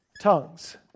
tongues